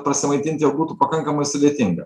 prasimaitint jau būtų pakankamai sudėtinga